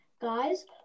guys